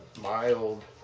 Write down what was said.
mild